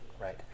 right